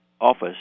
office